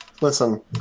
Listen